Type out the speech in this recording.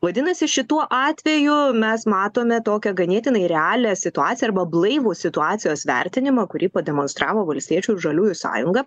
vadinasi šituo atveju mes matome tokią ganėtinai realią situaciją arba blaivų situacijos vertinimą kurį pademonstravo valstiečių ir žaliųjų sąjunga